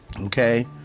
okay